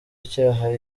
icyaha